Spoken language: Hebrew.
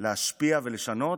להשפיע ולשנות.